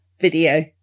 Video